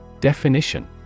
Definition